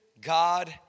God